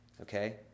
okay